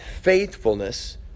faithfulness